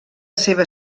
seva